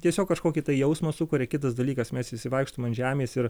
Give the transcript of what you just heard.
tiesiog kažkokį tai jausmą sukuria kitas dalykas mes visi vaikštom ant žemės ir